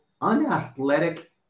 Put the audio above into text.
unathletic